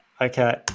okay